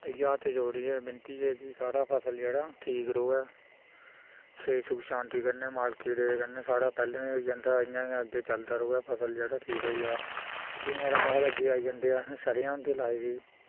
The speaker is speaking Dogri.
इ'यै हत्थ जोड़ियै विनती ऐ कि साढ़ा फसल जेह्ड़ा ठीक रोऐ स्हेई सुख शांति कन्नै मालकै दी दया कन्नै साढ़ा पैह्ले बी होई जंदा हा इ'यां गै अग्गें चलदा रोऐ फसल जेह्ड़ा ठीक होई गेआ फ्ही नुहाड़े बाद अग्गें आई जंदी असें सरे'आं होंदी लाई दी